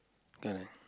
correct